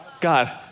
God